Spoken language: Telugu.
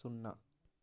సున్నా